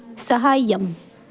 सहायम्